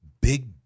big